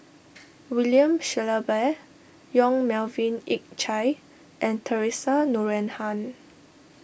William Shellabear Yong Melvin Yik Chye and theresa Noronha